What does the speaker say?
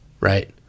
right